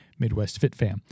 MidwestFitFam